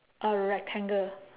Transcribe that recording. a rectangle